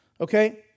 Okay